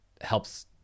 helps